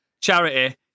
charity